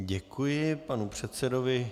Děkuji panu předsedovi.